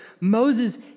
Moses